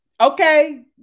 Okay